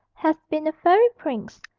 have been a fairy prince,